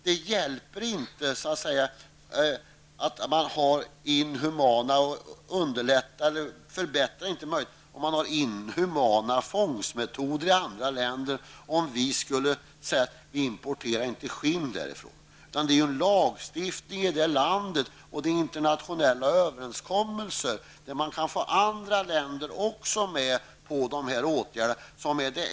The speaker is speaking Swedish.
Det hjälper inte gentemot inhumana fångstmetoder i andra länder om vi skulle säga att vi inte tillåter import av skinn från dessa länder. Det effektiva medlet är lagstiftning i det enskilda landet och att åstadkomma internationella överenskommelser där också andra länder går med på dessa åtgärder.